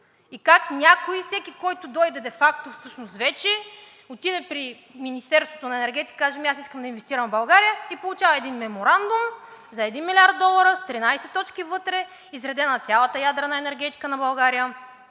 Как някой или всеки, който дойде, де факто всъщност отиде при Министерството на енергетиката и каже: аз искам да инвестирам в България – и получава един меморандум за 1 млрд. долара с 13 точки вътре, и е изредена цялата енергетика на България,